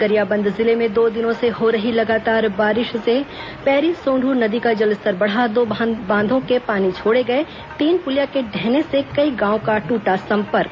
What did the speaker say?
गरियाबंद जिले में दो दिनों से हो रही लगातार बारिश से पैरी सोंदूर नदी का जलस्तर बढ़ा दो बांधों के पानी छोड़े गए तीन पुलिया के ढहने से कई गांवों का टूटा संपर्क